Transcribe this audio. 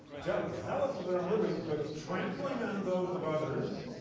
zealous zealous of their own liberties but trampling on those of others,